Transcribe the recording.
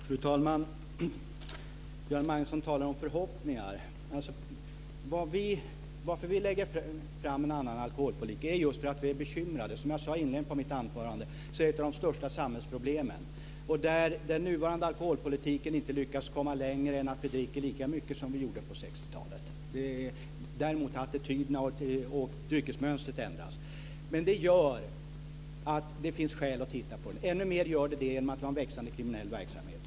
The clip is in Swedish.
Fru talman! Göran Magnusson talar om förhoppningar. Anledningen till att vi lägger fram en annan alkoholpolitik är att vi är bekymrade. Som jag sade i inledningen av mitt anförande är detta ett av de största samhällsproblemen. Den nuvarande alkoholpolitiken har inte lyckats komma längre än att vi dricker lika mycket som vi gjorde på 60-talet. Däremot har attityderna och dryckesmönstret ändrats. Det gör att det finns skäl att titta på det. Ännu mer gör det det genom att vi har en växande kriminell verksamhet.